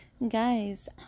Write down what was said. Guys